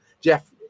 Jeff